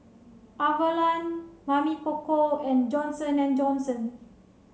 Avalon Mamy Poko and Johnson and Johnson